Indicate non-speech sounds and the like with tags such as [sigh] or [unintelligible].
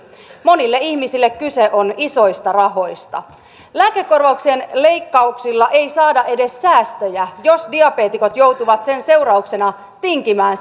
monille ihmisille kyse on isoista rahoista lääkekorvauksien leikkauksilla ei saada edes säästöjä jos diabeetikot joutuvat sen seurauksena tinkimään [unintelligible]